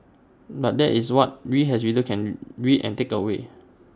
but that is what we as readers can read and take away